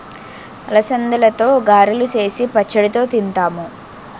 అలసందలతో గారెలు సేసి పచ్చడితో తింతారు